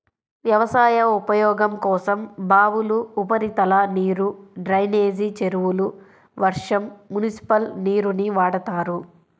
వ్యవసాయ ఉపయోగం కోసం బావులు, ఉపరితల నీరు, డ్రైనేజీ చెరువులు, వర్షం, మునిసిపల్ నీరుని వాడతారు